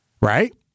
right